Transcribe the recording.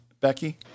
Becky